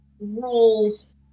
rules